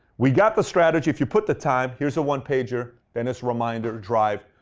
we got the strategy. if you put the time, here's a one-pager, then it's reminder, drive,